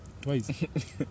Twice